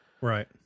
right